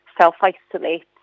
self-isolate